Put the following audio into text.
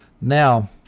Now